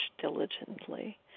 diligently